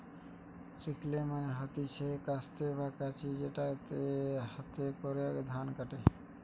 sickle মানে হতিছে কাস্তে বা কাঁচি যেটাতে হাতে করে ধান কাটে